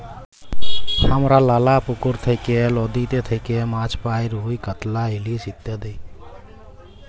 হামরা লালা পুকুর থেক্যে, লদীতে থেক্যে মাছ পাই রুই, কাতলা, ইলিশ ইত্যাদি